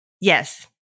Yes